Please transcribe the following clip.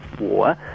war